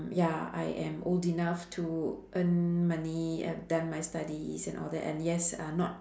ya I am old enough to earn money I've done my studies and all that and yes uh not